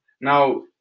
Now